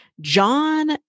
John